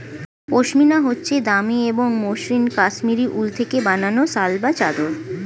পশমিনা হচ্ছে দামি এবং মসৃন কাশ্মীরি উল থেকে বানানো শাল বা চাদর